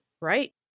right